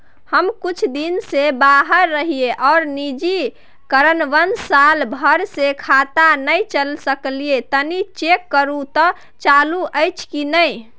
हम कुछ दिन से बाहर रहिये आर निजी कारणवश साल भर से खाता नय चले सकलियै तनि चेक करू त चालू अछि कि नय?